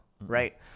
Right